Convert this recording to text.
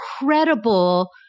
incredible